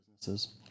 businesses